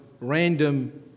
random